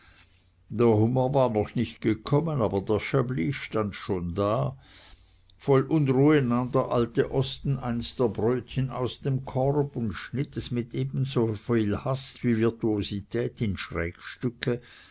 der hummer war noch nicht gekommen aber der chablis stand schon da voll unruhe nahm der alte osten eins der brötchen aus dem korb und schnitt es mit ebensoviel hast wie virtuosität in schrägstücke